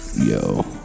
Yo